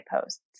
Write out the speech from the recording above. posts